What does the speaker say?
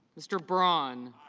mr. but ron